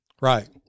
Right